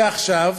ועכשיו,